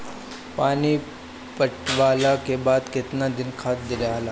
पानी पटवला के बाद केतना दिन खाद दियाला?